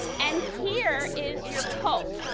and here is your pulse.